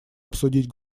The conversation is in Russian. обсудить